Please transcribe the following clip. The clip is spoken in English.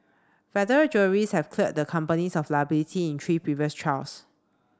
federal juries have cleared the companies of liability in three previous trials